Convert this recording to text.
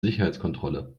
sicherheitskontrolle